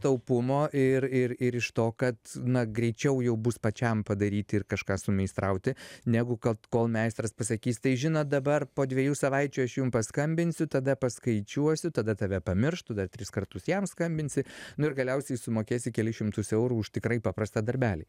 taupumo ir ir ir iš to kad na greičiau jau bus pačiam padaryti ir kažką sumeistrauti negu kad kol meistras pasakys tai žinot dabar po dviejų savaičių aš jum paskambinsiu tada paskaičiuosiu tada tave pamirš tu dar tris kartus jam skambinsi nu ir galiausiai sumokėsi kelis šimtus eurų už tikrai paprastą darbelį